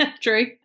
true